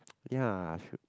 ya I should